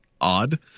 odd